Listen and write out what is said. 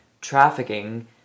trafficking